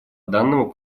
данному